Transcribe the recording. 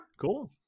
Cool